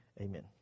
Amen